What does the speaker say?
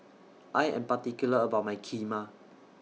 I Am particular about My Kheema